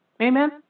Amen